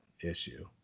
issue